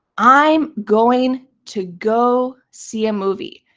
i'm going to go see a movie.